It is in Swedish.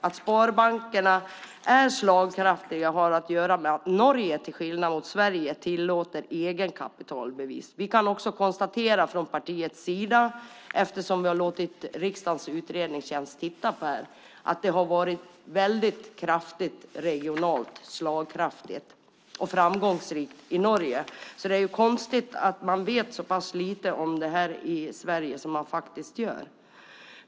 Att sparbankerna är slagkraftiga har att göra med att Norge till skillnad från Sverige tillåter egenkapitalbevis. Vänsterpartiet konstaterar också, eftersom vi har låtit riksdagens utredningstjänst titta på det här, att det har varit väldigt regionalt slagkraftigt och framgångsrikt i Norge. Det är därför konstigt att man vet så pass lite om det här i Sverige.